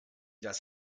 das